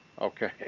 Okay